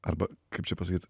arba kaip čia pasakyt